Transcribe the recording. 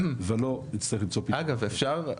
אגב, אפשר,